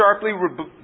sharply